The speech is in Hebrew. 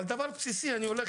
אבל דבר בסיסי, אני הולך